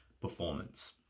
performance